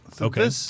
Okay